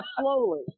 slowly